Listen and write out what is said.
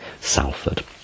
Salford